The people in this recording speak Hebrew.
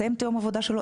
מסיים את יום העבודה שלו,